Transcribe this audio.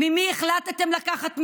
ממי החלטתם לקחת מיסים?